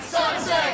Sunset